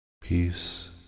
Peace